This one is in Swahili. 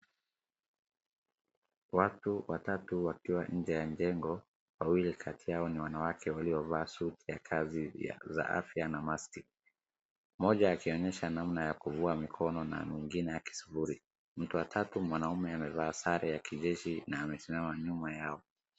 Watu watatu wakiwa nje ya jengo, wawili kati yao ni wanawake waliovaa suti ya kazi za afya na mask mmoja akionyesha namna ya kuvua mikono na mwingine akisubiri. Mtu wa tatu, mwanaume akiwa amevaa sare ya kijeshi na amesimama nyuma yao.